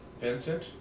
Vincent